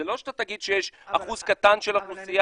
לא תגיד שיש שיעור קטן מן האוכלוסייה